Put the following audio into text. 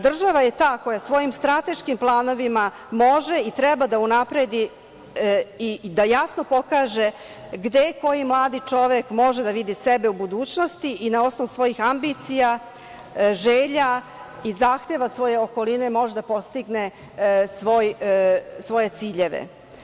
Država je ta koja svojim strateškim planovima može i treba da unapredi i da jasno pokaže gde koji mladi čovek može da vidi sebe u budućnosti i na osnovu svojih ambicija, želja i zahteva svoje okoline, može da postigne svoje ciljeve.